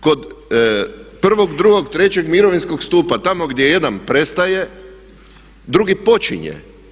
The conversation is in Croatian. Kod 1., 2., 3. mirovinskog stupa, tamo gdje jedan prestaje drugi počinje.